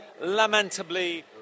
lamentably